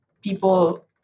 people